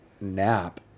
nap